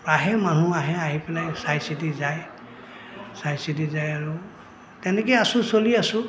আহে মানুহ আহে আহি পেলাই চাই চিতি যায় চাই চিতি যায় আৰু তেনেকেই আছোঁ চলি আছোঁ